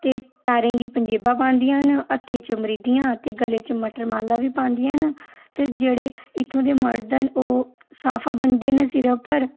ते पैरें गी पंजेबां पांदियां न हत्थें च मरिदियां ते गले च माला बी पांदिंयां न जेह्डे इत्थूं दे मर्द न ओह् साफा ब'नदे न सिरै उप्पर